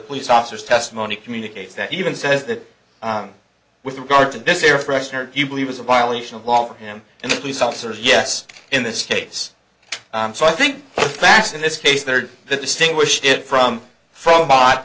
police officers testimony communicates that even says that with regard to this air fresheners you believe is a violation of law him and the police officers yes in this case so i think the facts in this case there are that distinguish it from from bought